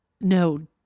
no